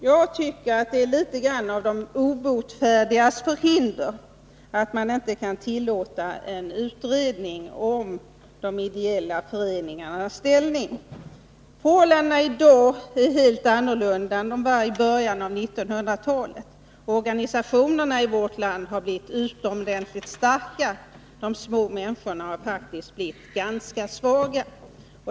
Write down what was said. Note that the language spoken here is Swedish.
Jag tycker att det är litet grand av de obotfärdigas förhinder, att inte tillåta en utredning om de ideella föreningarnas ställning. Förhållandena i dag är helt andra än de var i början av 1900-talet. Många organisationer i vårt land har blivit utomordentligt starka — de små människorna har däremot blivit ganska svaga.